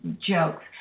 jokes